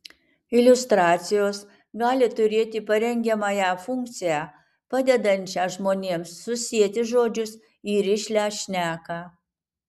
iliustracijos gali turėti parengiamąją funkciją padedančią žmonėms susieti žodžius į rišlią šneką